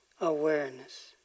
awareness